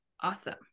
Awesome